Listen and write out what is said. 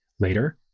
Later